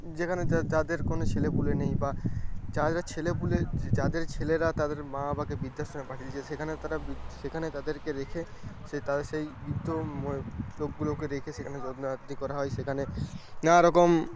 যেখানে যাদের কোনো ছেলেপুলে নেই বা যাদের ছেলেপুলে যাদের ছেলেরা তাদের মা বাবাকে বৃদ্ধাশ্রমে পাঠিয়ে দিয়েছে সেখানে তারা বি সেখানে তাদেরকে রেখে সে তাদের সেই বৃদ্ধ লোকগুলোকে রেখে সেখানে যত্নআত্তি করা হয় সেখানে নানারকম